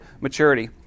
maturity